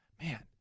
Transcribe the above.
Man